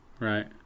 Right